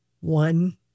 one